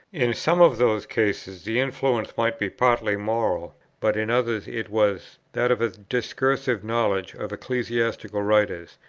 in some of those cases the influence might be partly moral, but in others it was that of a discursive knowledge of ecclesiastical writers,